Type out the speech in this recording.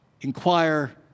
inquire